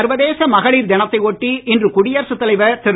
சர்வதேச மகளிர் தினத்தை ஒட்டி இன்று குடியரசு தலைவர் திரு